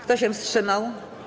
Kto się wstrzymał?